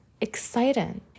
exciting